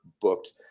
booked